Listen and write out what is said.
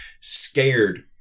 scared